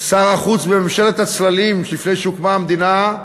שר החוץ בממשלת הצללים לפני שהוקמה המדינה,